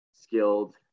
skilled